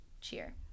cheer